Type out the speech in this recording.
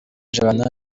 jabana